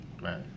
right